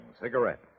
cigarette